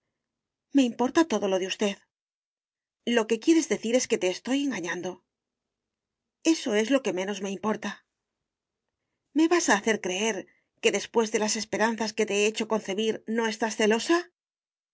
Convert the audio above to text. me importa todo lo de usted lo que quieres decir es que te estoy engañando eso es lo que no me importa me vas a hacer creer que después de las esperanzas que te he hecho concebir no estás celosa si